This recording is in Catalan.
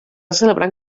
celebrant